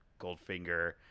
Goldfinger